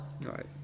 Right